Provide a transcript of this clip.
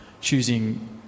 choosing